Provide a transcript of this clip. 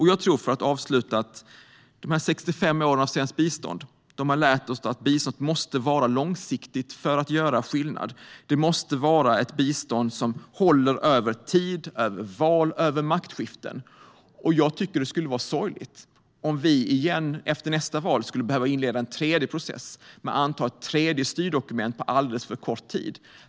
Jag tror att de här 65 åren av svenskt bistånd har lärt oss att bistånd måste vara långsiktigt för att göra skillnad. Det måste vara ett bistånd som håller över tid, över val och över maktskiften. Jag tycker att det skulle vara sorgligt om vi efter nästa val skulle behöva inleda en tredje process för att anta ett tredje styrdokument på alldeles för kort tid.